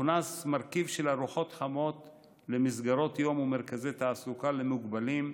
והוכנס מרכיב של ארוחות חמות למסגרות יום ומרכזי תעסוקה למוגבלים,